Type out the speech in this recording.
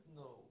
no